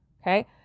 Okay